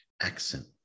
accent